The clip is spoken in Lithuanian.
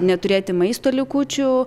neturėti maisto likučių